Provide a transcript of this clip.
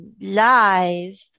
live